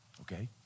Okay